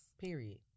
Period